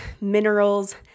minerals